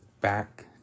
back